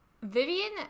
Vivian